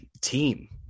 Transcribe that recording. team